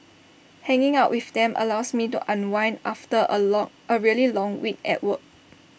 hanging out with them allows me to unwind after A lore A really long week at work